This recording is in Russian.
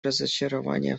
разочарование